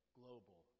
global